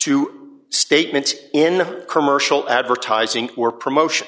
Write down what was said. to statements in commercial advertising or promotion